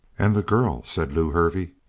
and the girl? said lew hervey.